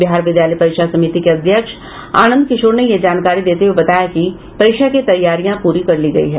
बिहार विद्यालय परीक्षा समिति के अध्यक्ष आनंद किशोर ने यह जानकारी देते हुये बताया कि परीक्षा की तैयारियां पूरी कर ली गयी है